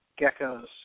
geckos